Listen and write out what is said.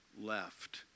left